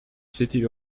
city